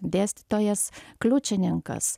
dėstytojas kliučininkas